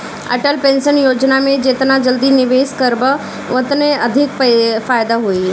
Atal pension योजना में जेतना जल्दी निवेश करबअ ओतने अधिका फायदा होई